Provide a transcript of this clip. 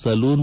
salon